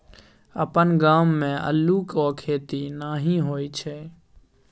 अपन गाम मे अल्लुक खेती नहि होए छै